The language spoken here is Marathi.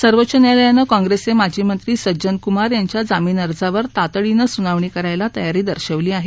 सर्वोच्च न्यायालयनं काँग्रेसचे माजीमंत्री सज्जन कुमार यांच्या जामीन अर्जावर तातडीने सुनावणी करायला तयारी दर्शवली आहे